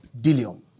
dillium